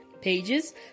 pages